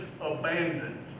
abandoned